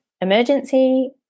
emergency